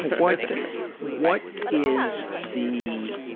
what what is the,